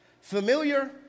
familiar